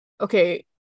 okay